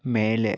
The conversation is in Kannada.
ಮೇಲೆ